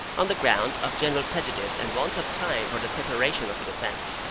on the ground of general prejudice and want of time for the preparation of the defence.